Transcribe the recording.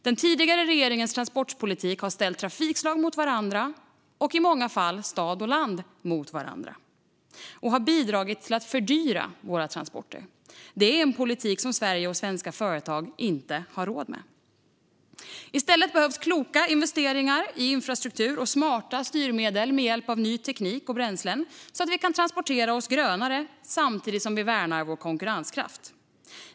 Den tidigare regeringens transportpolitik har ställt trafikslag mot varandra och i många fall stad och land mot varandra, och det har bidragit till att fördyra våra transporter. Det är en politik som Sverige och svenska företag inte har råd med. I stället behövs kloka investeringar i infrastruktur och smarta styrmedel med hjälp av ny teknik och bränslen så att vi kan transportera oss grönare samtidigt som vi värnar vår konkurrenskraft.